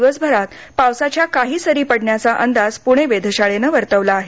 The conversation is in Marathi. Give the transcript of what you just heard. दिवसभरात पावसाच्या काही सरी पडण्याचा अंदाज पुणे वेधशाळेनं वर्तवला आहे